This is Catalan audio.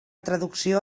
traducció